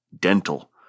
dental